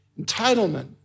Entitlement